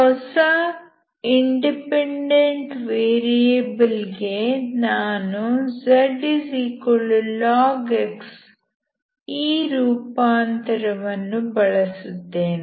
ಹೊಸ independent variable ಗೆ ನಾನು zlog x ಈ ರೂಪಾಂತರ ವನ್ನು ಬಳಸುತ್ತೇನೆ